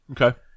Okay